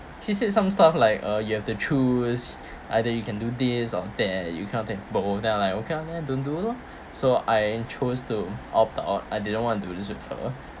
she said some stuff like uh you have to choose either you can do this or that you kind of thing both of them were like you tell them don't do lor so I am chose to opt out I didn't want to do this with her